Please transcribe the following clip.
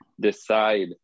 decide